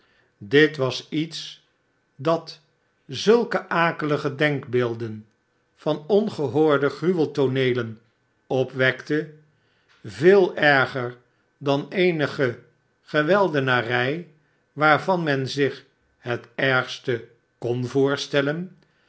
dit was iets dat zulke akelige denkbeelden van ongehoorde gruweltooneelen opwekte veel erger dan eenige geweldenarij waarvan men zich het ergste kon voor stellen